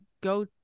go